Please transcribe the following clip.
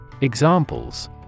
Examples